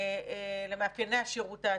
למאפייני השירות העתידיים.